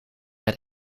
met